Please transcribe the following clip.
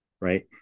right